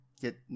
get